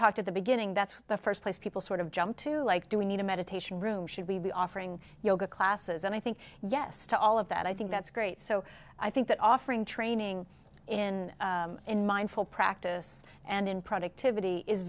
talked at the beginning that's the first place people sort of jump to like do we need a meditation room should we be offering yoga classes and i think yes to all of that i think that's great so i think that offering training in in mindful practice and in productivity is